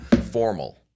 formal